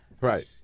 Right